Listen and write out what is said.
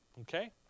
Okay